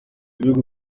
ibihugu